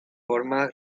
formas